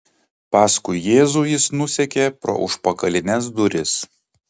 paskui jėzų jis nusekė pro užpakalines duris